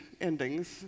endings